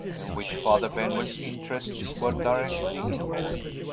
in which father benwell's interests were directly involved.